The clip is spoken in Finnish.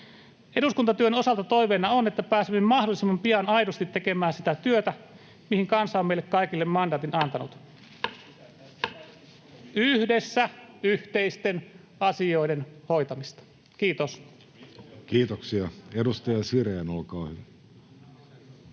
Eduskuntatyön osalta toiveena on, että pääsemme mahdollisimman pian aidosti tekemään sitä työtä, mihin kansa on meille kaikille mandaatin antanut, yhdessä yhteisten asioiden hoitamista. — Kiitos. Kiitoksia. — Edustaja Sirén, olkaa hyvä.